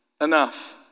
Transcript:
enough